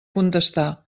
contestar